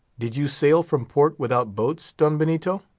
did you sail from port without boats, don benito?